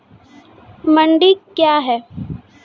मंडी क्या हैं?